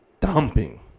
dumping